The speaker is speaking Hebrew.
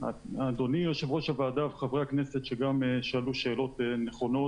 אדוני יושב-ראש הוועדה וחברי הכנסת שגם שאלו שאלות נכונות-